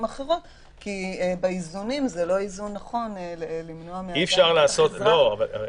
אחרות כי זה לא איזון נכון למנוע מאזרח ישראלי להיכנס לארץ.